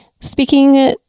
speaking